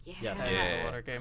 Yes